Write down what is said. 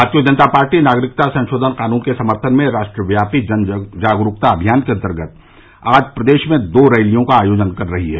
भारतीय जनता पार्टी नागरिकता संशोधन कानून के समर्थन में राष्ट्रव्यापी जन जागरूकता अभियान के अन्तर्गत आज प्रदेश में दो रैलियों का आयोजन कर रही है